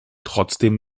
trotzdem